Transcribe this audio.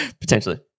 Potentially